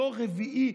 דור רביעי.